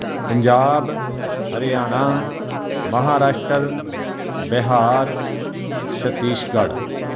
Punjab Haryana Maharashtra Bihar Chhattisgarh